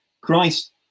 christ